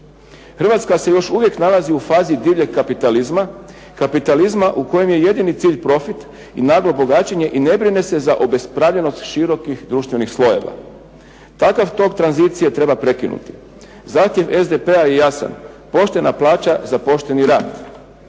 Hrvatska se još uvijek nalazi u fazi divljeg kapitalizma, kapitalizma u kojem je jedini cilj profit i naglo bogaćenje i ne brine se za obespravljenost širokih društvenih slojeva. Takav tok tranzicije treba prekinuti. Zahtjev SDP-a je jasan, poštena plaća za pošteni rad.